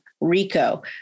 Rico